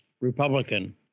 Republican